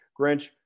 Grinch